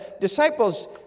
disciples